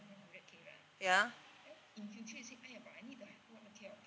ya